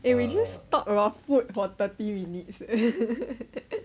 eh we just talk about food for thirty minutes